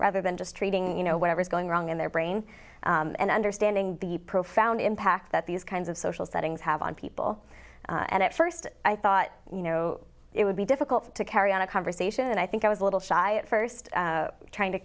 rather than just treating you know whatever's going wrong in their brain and understanding the profound impact that these kinds of social settings have on people and at first i thought you know it would be difficult to carry on a conversation and i think i was a little shy at first trying to